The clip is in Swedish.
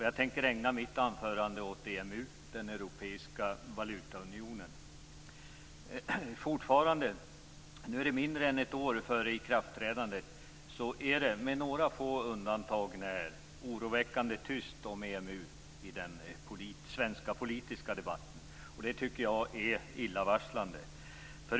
Jag tänker ägna mitt anförande åt EMU, den europeiska valutaunionen. Fortfarande, mindre än ett år före ikraftträdandet, är det på några få undantag när, oroväckande tyst om EMU i den svenska politiska debatten. Jag tycker att det är illavarslande.